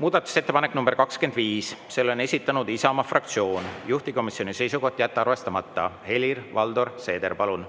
Muudatusettepanek nr 25, selle on esitanud Isamaa fraktsioon, juhtivkomisjoni seisukoht: jätta arvestamata. Helir-Valdor Seeder, palun!